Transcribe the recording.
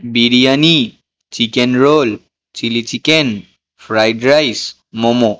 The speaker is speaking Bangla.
biryani chicken roll chilli chicken fried rice momo